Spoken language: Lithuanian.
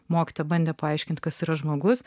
mokytoja bandė paaiškinti kas yra žmogus